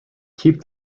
keep